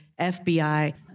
FBI